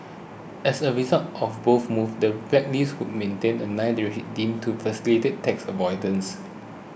as a result of both moves the blacklist would maintain a nine deemed to facilitate tax avoidance